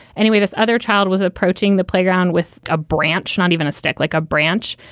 anyway, this other child was approaching the playground with a branch, not even a stick like a branch.